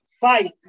fight